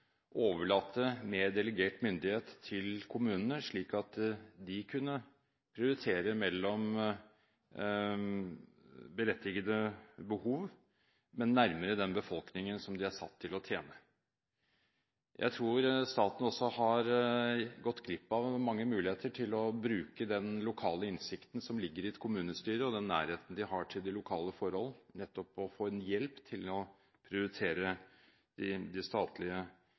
overlate mer delegert myndighet til kommunene, slik at de kunne prioritere mellom berettigede behov, men nærmere den befolkningen som de er satt til å tjene. Jeg tror staten også har gått glipp av mange muligheter til å bruke den lokale innsikten som ligger i et kommunestyre, og den nærheten det har til de lokale forhold, nettopp på å få hjelp til å prioritere de